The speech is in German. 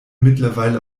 mittlerweile